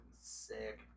Sick